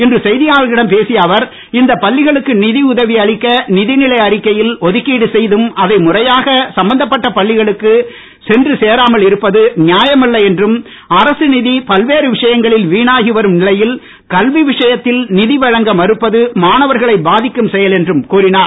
இன்று செய்தியாளர்களிடம் பேசிய அவர் இந்த பள்ளிகளுக்கு நிதி உதவி அளிக்க நிதிநிலை அறிக்கையில் ஒதுக்கீடு செய்தும் அதை முறையாக சம்பந்தப்பட்ட பள்ளிகளுக்குச் சென்று சேராமல் இருப்பது நியாயமல்ல என்றும் அரசு நிதி பல்வேறு விஷயங்களில் வீணாகி வரும் நிலையில் கல்வி விஷயத்தில் நிதி வழங்க மறுப்பது மாணவர்களை பாதிக்கும் செயல் என்றும் கூறினார்